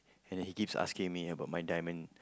and then he keeps asking me about my diamond